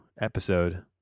episode